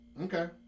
Okay